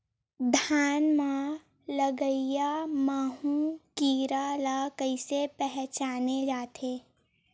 धान म लगईया माहु कीरा ल कइसे पहचाने जाथे?